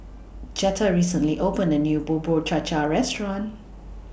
Jetta recently opened A New Bubur Cha Cha Restaurant